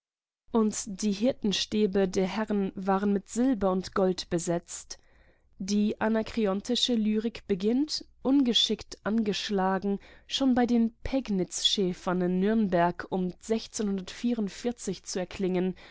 und die hirtenstäbe der herren waren mit silber und gold besetzt die anakreontische lyrik beginnt ungeschickt angeschlagen schon bei den pegnitzschäfern in nürnberg um zu erklingen